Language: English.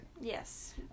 Yes